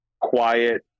quiet